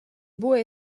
buca